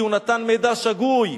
כי הוא נתן מידע שגוי,